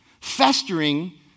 festering